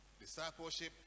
Discipleship